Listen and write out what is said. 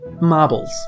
marbles